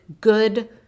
good